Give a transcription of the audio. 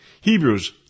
Hebrews